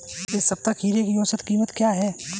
इस सप्ताह खीरे की औसत कीमत क्या है?